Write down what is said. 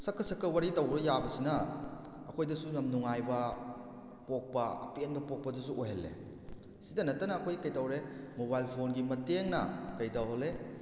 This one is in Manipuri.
ꯁꯛꯀ ꯁꯛꯀ ꯋꯥꯔꯤ ꯇꯧꯕ ꯌꯥꯕꯁꯤꯅ ꯑꯩꯈꯣꯏꯗꯁꯨ ꯌꯥꯝꯅ ꯅꯨꯡꯉꯥꯏꯕ ꯄꯣꯛꯄ ꯑꯄꯦꯟꯕ ꯄꯣꯛꯄꯗꯨꯁꯨ ꯑꯣꯏꯍꯜꯂꯦ ꯑꯁꯤꯇ ꯅꯠꯇꯅ ꯑꯩꯈꯣꯏ ꯀꯩꯗꯧꯔꯦ ꯃꯣꯕꯥꯏꯜ ꯐꯣꯟꯒꯤ ꯃꯇꯦꯡꯅ ꯀꯩꯗꯧꯍꯜꯂꯦ